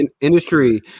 industry